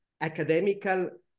academical